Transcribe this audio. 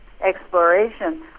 exploration